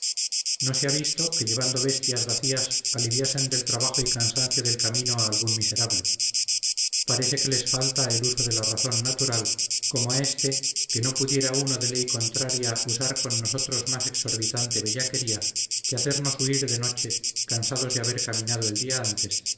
no se ha visto que llevando bestias vacías aliviasen del trabajo y cansancio del camino a algún miserable parece que les falta el uso de la razón natural como a este que no pudiera uno de ley contraria usar con nosotros más exorbitante bellaquería que hacernos huir de noche cansados de haber caminado el día antes